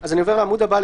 אז אני עובר לעמוד הבא,